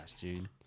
dude